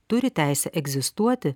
turi teisę egzistuoti